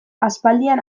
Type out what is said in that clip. aspaldian